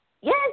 Yes